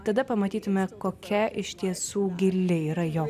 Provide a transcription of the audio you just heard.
tada pamatytume kokia iš tiesų gili yra jo